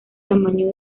tamaño